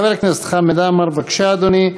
חבר הכנסת חמד עמאר, בבקשה, אדוני.